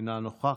אינה נוכחת,